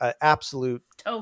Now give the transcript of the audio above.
Absolute